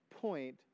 point